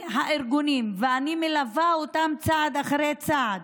מהארגונים, ואני מלווה אותם צעד אחרי צעד,